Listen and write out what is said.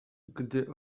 gdy